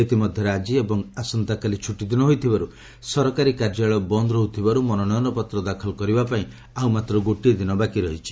ଇତିମଧ୍ୟରେ ଆଜି ଏବଂ ଆସନ୍ତାକାଲି ଛୁଟିଦିନ ହୋଇଥିବାରୁ ସରକାରୀ କାର୍ଯ୍ୟାଳୟ ବନ୍ଦ ରହୁଥିବାରୁ ମନୋନୟନପତ୍ର ଦାଖଲ କରିବା ପାଇଁ ଆଉ ମାତ୍ର ଗୋଟିଏ ଦିନ ବାକି ରହିଛି